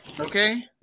Okay